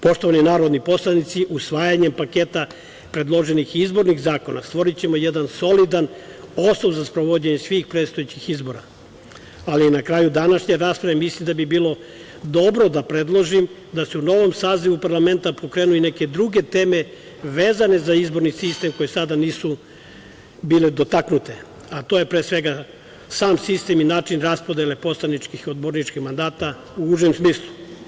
Poštovani narodni poslanici, usvajanjem paketa predloženih izbornih zakona stvorićemo jedan solidan osnov za sprovođenje svih predstojećih izbora, ali na kraju današnje rasprave, mislim da bi bilo dobro da predložim da se u novom sazivu parlamenta pokrenu i neke druge teme vezane za izborni sistem koje do sada nisu bile dotaknute, a to je sam sistem i način raspodele poslaničkih, odborničkih mandata u užem smislu.